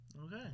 Okay